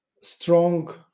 strong